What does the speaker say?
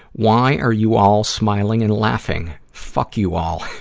why are you all smiling and laughing? fuck you all.